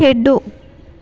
ਖੇਡੋ